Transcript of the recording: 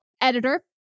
editor